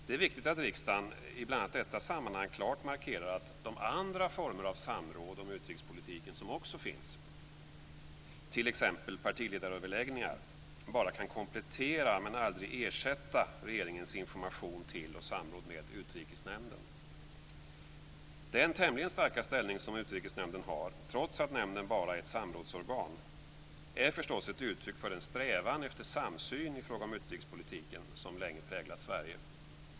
Det är viktigt att riksdagen i bl.a. detta sammanhang klart markerar att de andra former för samråd om utrikespolitik som också finns, t.ex. partiledaröverläggningar, bara kan komplettera men aldrig ersätta regeringens information till och samråd med Utrikesnämnden. Den tämligen starka ställning som Utrikesnämnden har, trots att nämnden bara är ett samrådsorgan, är förstås ett uttryck för den strävan efter samsyn i fråga om utrikespolitiken som länge präglat Sverige.